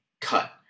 cut